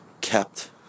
kept